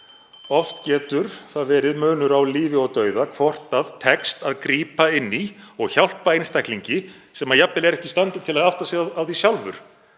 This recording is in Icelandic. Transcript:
Oft getur það verið munur á lífi og dauða hvort það tekst að grípa inn í og hjálpa einstaklingi sem er jafnvel ekki í standi til að átta sig á því sjálfur